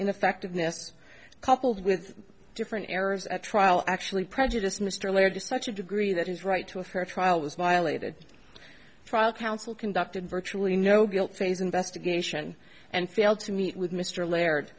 ineffectiveness coupled with different errors at trial actually prejudiced mr laird to such a degree that his right to a fair trial was violated trial counsel conducted virtually no guilt phase investigation and failed to meet with mr la